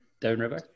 Downriver